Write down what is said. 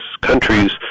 countries